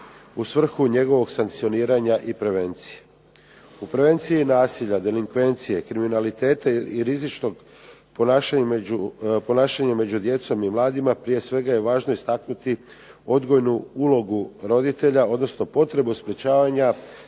u svrhu njegovog sankcioniranja i prevencije. U prevenciji nasilja, delinkvencije, kriminaliteta i rizičnog ponašanja među djecom i mladima prije svega je važno istaknuti odgojnu ulogu roditelja, odnosno potrebu sprečavanja